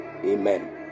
Amen